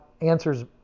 answers